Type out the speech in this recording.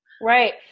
Right